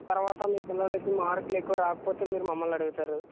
తర్వాత మీ పిల్లలకి మార్కులు ఎక్కువ రాకపోతే మీరు మమ్మల్ని అడుగుతారు